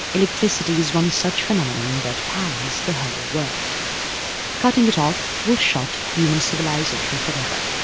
electricity is one such phenomenon that powers the whole world cutting it off will shut human civilisation forever.